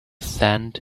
sand